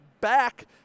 back